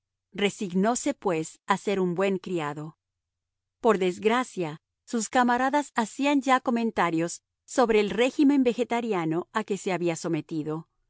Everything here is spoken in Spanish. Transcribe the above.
resignose pues a ser un buen criado por desgracia sus camaradas hacían ya comentarios sobre el régimen vegetariano a que se había sometido